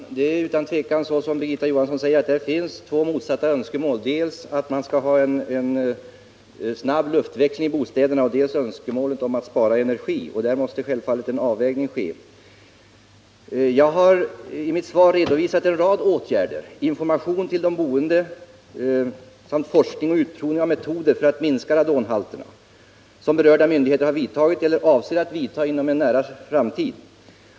Herr talman! Det är utan tvivel så som Birgitta Johansson säger att det finns två motsatta önskemål, dels en snabb luftväxling i bostäderna, dels önske målet att spara energi. Här måste det självfallet bli fråga om en avvägning. I mitt svar har jag redovisat en rad åtgärder: information till de boende samt” forskning och utprovning av metoder för att minska radonhalterna. Myndigheterna har här redan vidtagit åtgärder eller avser att göra det inom en nära framtid.